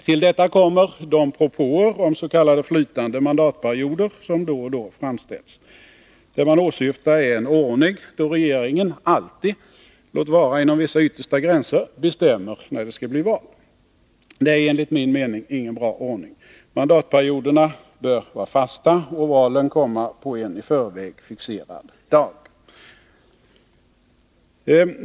Till detta kommer de propåer som s.k. flytande mandatperioder som då och då framställs. Det man åsyftar är en ordning där regeringen alltid — låt vara inom vissa yttersta gränser — bestämmer när det skall bli val. Det är enligt min mening ingen bra ordning. Mandatperioderna bör vara fasta och valen komma på en i förväg fixerad dag.